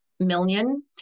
Million